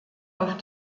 auf